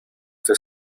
the